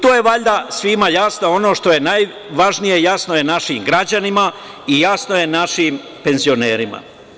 To je valjda svima jasno, ono što je najvažnije, jasno je našim građanima i jasno je našim penzionerima.